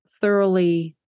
thoroughly